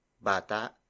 BATA